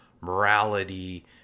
Morality